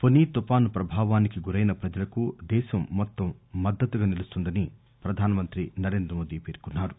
ఫొని తుఫాను ప్రభావానికి గురైన ప్రజలకు దేశం మొత్తం మద్గతుగా నిలుస్తుందని ప్రధాన మంత్రి నరేంద్ర మోదీ పేర్కొన్నా రు